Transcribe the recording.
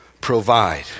provide